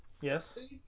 Yes